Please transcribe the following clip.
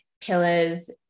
pillars